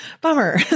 Bummer